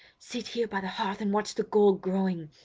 sit here by the hearth and watch the gold growing.